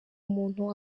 umuntu